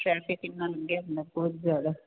traffic ਇੰਨਾ ਲੱਗਿਆ ਹੁੰਦਾ ਬਹੁਤ ਜਿਆਦਾ